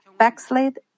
backslid